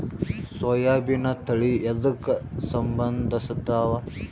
ಸೋಯಾಬಿನ ತಳಿ ಎದಕ ಸಂಭಂದಸತ್ತಾವ?